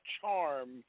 charm